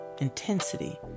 Intensity